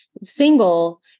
single